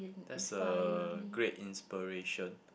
that's a great inspiration